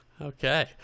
Okay